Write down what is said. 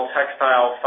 Textile